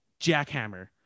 jackhammer